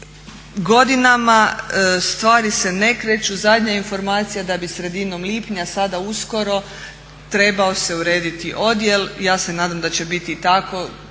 godinama, stvari se ne kreću. Zadnja informacija da bi sredinom lipnja sada uskoro trebao se urediti odjel, ja se nadam da će biti tako.